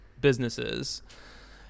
businesses